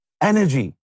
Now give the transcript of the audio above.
energy